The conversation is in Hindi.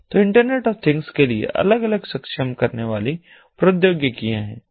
तो इंटरनेट ऑफ थिंग्स के लिए अलग अलग सक्षम करने वाली प्रौद्योगिकियां हैं